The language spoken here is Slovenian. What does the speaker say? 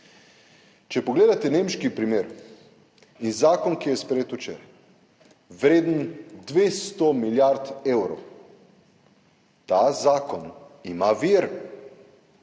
Če pogledate nemški primer in zakon, ki je sprejet včeraj, vreden 200 milijard evrov, ta zakon ima vir.